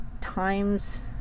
times